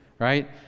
right